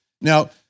Now